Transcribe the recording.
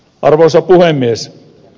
arvoisa puhemies